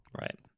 Right